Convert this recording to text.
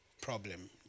problem